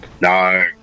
No